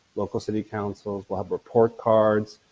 local city counsels, lab report cards,